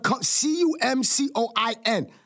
C-U-M-C-O-I-N